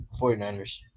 49ers